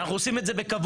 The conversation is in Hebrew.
ואנחנו עושים את זה בכבוד,